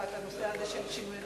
לבדיקת הנושא הזה של השינוי.